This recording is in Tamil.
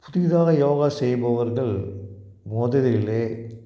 புதிதாக யோகா செய்பவர்கள் மொதலிலே